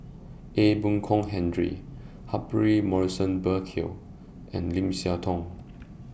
Ee Boon Kong Henry Humphrey Morrison Burkill and Lim Siah Tong